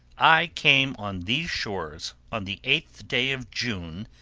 i came on these shores on the eighth day of june,